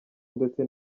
ndetse